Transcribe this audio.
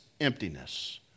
emptiness